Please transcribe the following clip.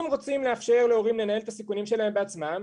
אם רוצים לאפשר להורים לנהל את הסיכונים שלהם בעצמם,